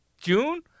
June